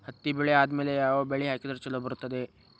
ಹತ್ತಿ ಬೆಳೆ ಆದ್ಮೇಲ ಯಾವ ಬೆಳಿ ಹಾಕಿದ್ರ ಛಲೋ ಬರುತ್ತದೆ?